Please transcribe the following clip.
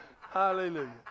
Hallelujah